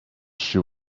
she